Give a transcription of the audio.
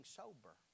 sober